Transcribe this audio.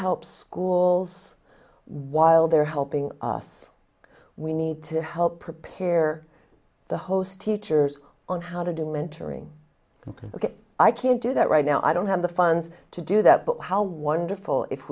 help schools while they're helping us we need to help prepare the host teachers on how to do mentoring ok ok i can't do that right now i don't have the funds to do that but how wonderful if